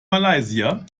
malaysia